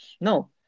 No